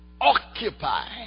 occupy